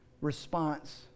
response